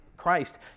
Christ